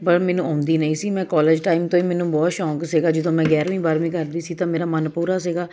ਪਰ ਮੈਨੂੰ ਆਉਂਦੀ ਨਹੀਂ ਸੀ ਮੈਂ ਕੋਲਜ਼ ਟਾਈਮ ਤੋਂ ਹੀ ਮੈਨੂੰ ਬਹੁਤ ਸ਼ੌਂਕ ਸੀਗਾ ਜਦੋਂ ਮੈਂ ਗਿਆਰ੍ਹਵੀਂ ਬਾਰ੍ਹਵੀਂ ਕਰਦੀ ਸੀ ਤਾਂ ਮੇਰਾ ਮਨ ਪੂਰਾ ਸੀਗਾ